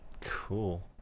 Cool